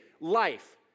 life